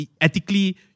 Ethically